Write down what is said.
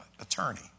attorney